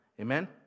Amen